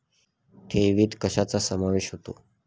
ठेवीत कशाचा समावेश होतो?